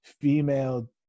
female